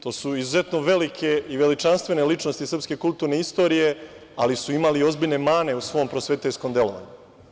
To su izuzetno velike i veličanstvene ličnosti srpske kulturne istorije, ali su imali i ozbiljne mane u svom prosvetiteljskom delovanju.